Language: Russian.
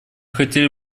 хотели